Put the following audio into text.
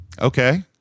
okay